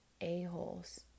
a-holes